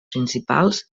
principals